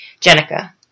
Jenica